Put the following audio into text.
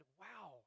wow